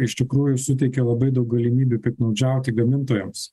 iš tikrųjų suteikia labai daug galimybių piktnaudžiauti gamintojams